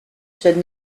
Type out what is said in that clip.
should